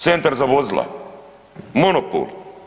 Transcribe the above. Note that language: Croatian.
Centar za vozila, monopol.